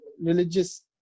religious